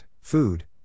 food